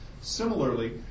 Similarly